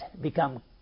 become